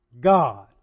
god